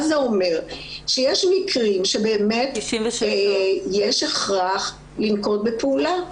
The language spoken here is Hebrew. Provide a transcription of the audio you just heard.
זה אומר שיש מקרים בהם יש הכרח לנקוט בפעולה.